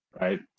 right